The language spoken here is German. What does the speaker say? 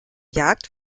jagd